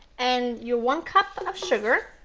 and your one cup of sugar.